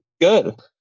Good